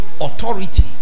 Authority